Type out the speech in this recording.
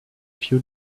few